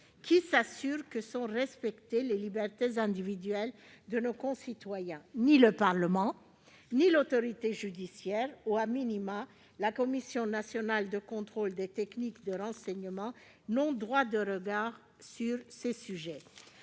Qui s'assure que sont respectées les libertés individuelles de nos concitoyens ? Ni le Parlement ni l'autorité judiciaire ou,, la Commission nationale de contrôle des techniques de renseignement n'ont de droit de regard sur ces sujets.